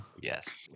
Yes